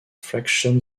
fraction